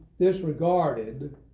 disregarded